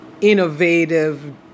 innovative